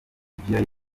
ivyo